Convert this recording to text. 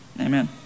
Amen